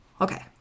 Okay